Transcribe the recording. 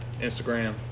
Instagram